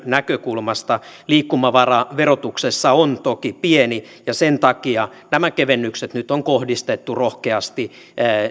näkökulmasta liikkumavara verotuksessa on toki pieni ja sen takia nämä kevennykset nyt on kohdistettu rohkeasti